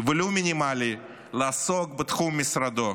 ולו מינימלי לעסוק בתחום משרדו,